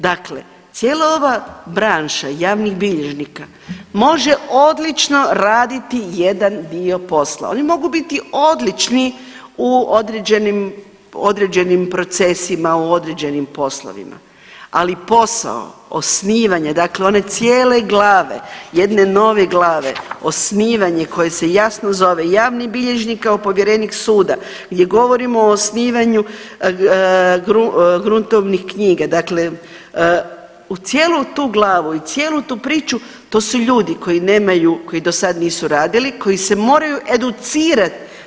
Dakle, cijela ova branša javnih bilježnika može odlično raditi jedan dio posla, oni mogu biti odlični u određenim, određenim procesima, u određenim poslovima, ali posao osnivanja, dakle one cijele glave, jedne nove glave, osnivanje koje se jasno zove javni bilježnik kao povjerenik suda gdje govorimo o osnivanju gruntovnih knjiga, dakle u cijelu tu glavu i cijelu tu priču, to su ljudi koji nemaju, koji dosad nisu radili, koji se moraju educirat.